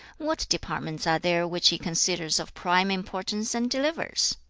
what departments are there which he considers of prime importance, and delivers?